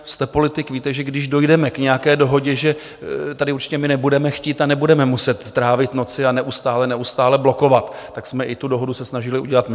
Jste politik, víte, že když dojdeme k nějaké dohodě, tak my určitě nebudeme chtít a nebudeme muset trávit noci a neustále, neustále blokovat, tak jsme se i tu dohodu snažili udělat my.